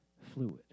fluid